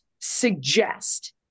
suggest